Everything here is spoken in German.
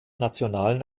nationalen